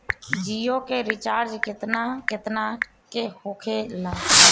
जियो के रिचार्ज केतना केतना के होखे ला?